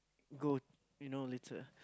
go you know later